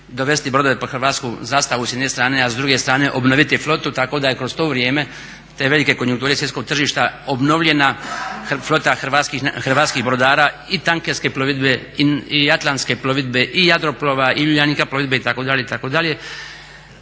dovesti brodove pod hrvatsku zastavu s jedne strane, a s druge strane obnoviti flotu, tako da je kroz to vrijeme, te velike konjukture svjetskog tržišta obnovljena flota hrvatskih brodara i tankerske plovidbe i atlantske plovidbe i Jadroplova i Uljanika plovidbe itd.